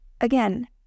again